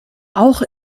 auch